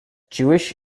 jewish